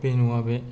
बे नङा बे